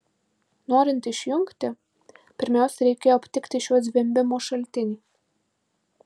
norint išjungti pirmiausia reikėjo aptikti šio zvimbimo šaltinį